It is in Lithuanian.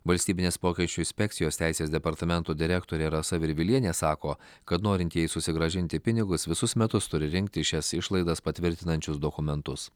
valstybinės mokesčių inspekcijos teisės departamento direktorė rasa virvilienė sako kad norintieji susigrąžinti pinigus visus metus turi rinkti šias išlaidas patvirtinančius dokumentus